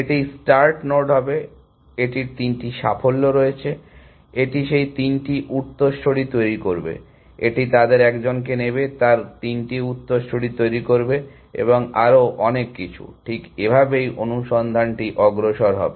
এটি start node হবে এটির তিনটি সাফল্য রয়েছে এটি সেই তিনটি উত্তরসূরি তৈরি করবে এটি তাদের একজনকে নেবে তার তিনটি উত্তরসূরি তৈরি করবে এবং আরও অনেক কিছু ঠিক এভাবেই অনুসন্ধানটি অগ্রসর হবে